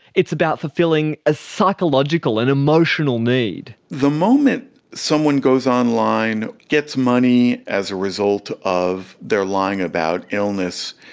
it's about fulfilling a psychological and emotional need. the moment someone goes online, gets money as a result of their lying about illness,